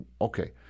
okay